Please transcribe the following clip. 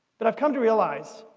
but i've come to realise